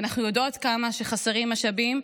ואנחנו יודעות כמה שחסרים משאבים,